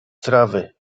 trawy